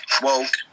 woke